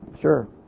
Sure